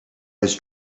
was